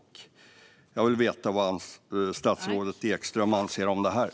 Jag vill veta vad statsrådet Ekström anser om detta.